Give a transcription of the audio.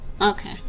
Okay